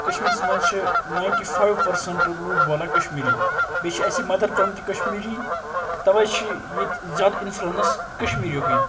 کَشمیٖرَس مَنٛز چھِ ناینٹی فایِو پٔرسنٛٹ لوٗکھ بولان کَشمیٖری بیٚیہِ چھِ اَسہِ مَدَر ٹَنٛگ تہِ کَشمیٖری تَوَے چھِ ییٚتہ زیادٕ اِنفُلنس کَشمیٖرِیُکُے